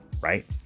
Right